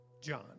John